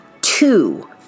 two